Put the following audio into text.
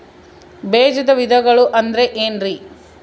ಬೇಜದ ವಿಧಗಳು ಅಂದ್ರೆ ಏನ್ರಿ?